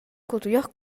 кутуйах